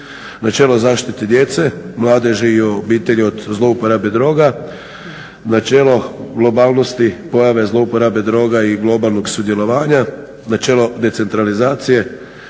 načelo zaštite djece, mladeži i obitelji od zlouporabe droga, načelo globalnosti pojave zlouporabe droga i globalnog sudjelovanja, načelo decentralizacije,